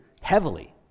heavily